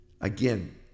Again